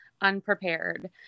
unprepared